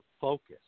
focus